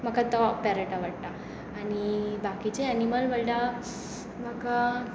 म्हाका तो पॅरट आवडटा आनी बाकीचे अेनिमल म्हणल्यार म्हाका